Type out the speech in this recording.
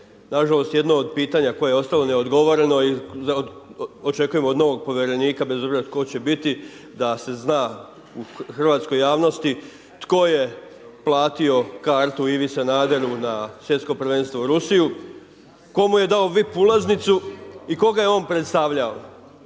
Nažalost jedno od pitanja koje je ostalo neodgovoreno i očekujem od novog povjerenika, bez obzira tko će biti, da se zna u hrvatskoj javnosti tko je platio kartu Ivi Sanaderu na Svjetsko prvenstvo u Rusiju, tko mu je do vip ulaznicu i koga je on predstavljao,